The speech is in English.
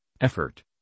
effort